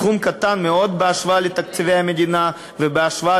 סכום קטן מאוד בהשוואה לתקציבי המדינה ובהשוואה